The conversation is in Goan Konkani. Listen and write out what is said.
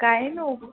काय न्हू